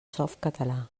softcatalà